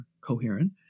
coherent